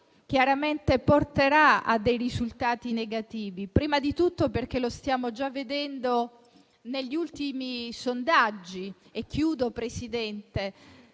chiaramente, porterà a dei risultati negativi, prima di tutto perché lo stiamo già vedendo dagli ultimi sondaggi: i giovani